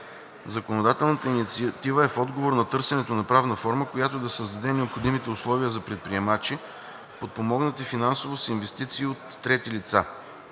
Законодателната инициатива е в отговор на търсенето на правна форма, която да създаде необходимите условия за предприемачи, подпомогнати финансово с инвестиции от трети лица.